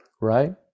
Right